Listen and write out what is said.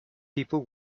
people